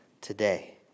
today